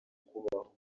kubaho